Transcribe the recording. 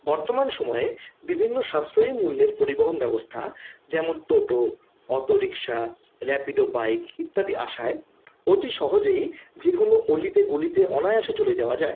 বর্তমান সময়ে বিভিন্ন সাশ্রয়ী মূল্যের পরিবহন ব্যবস্থা যেমন toto auto rickshaw Rapido bike ইত্যাদি আসায় অতি সহজেই যেকোনো অলিতে গলিতে অনায়াসে চলে যাওয়া যায়